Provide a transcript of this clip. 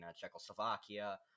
Czechoslovakia